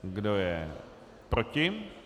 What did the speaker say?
Kdo je proti?